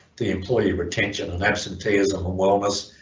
the employee retention of absenteeism and wellness